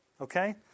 okay